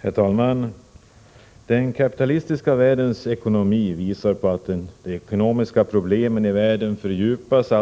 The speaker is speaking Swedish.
Herr talman! Den kapitalistiska världens ekonomi visar på att de ekonomiska problemen i världen alltmer fördjupas.